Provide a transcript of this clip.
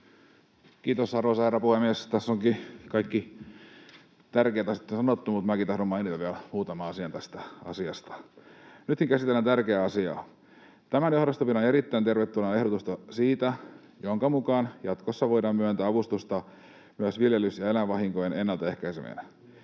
Kiitos, arvoisa herra puhemies! Tässä onkin kaikki tärkeät asiat sanottu, mutta minäkin tahdon mainita vielä muutaman asian tästä asiasta. Nytkin käsitellään tärkeää asiaa. Tämän johdosta pidän erittäin tervetulleena ehdotusta, jonka mukaan jatkossa voidaan myöntää avustusta myös viljelys- ja eläinvahinkojen ennalta ehkäisemiseen.